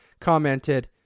commented